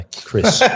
Chris